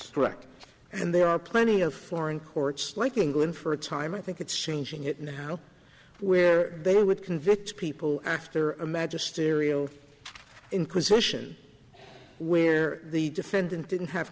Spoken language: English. struck and there are plenty of foreign courts like england for a time i think it's changing it now where they would convict people after a magisterial inquisition where the defendant didn't have